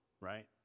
right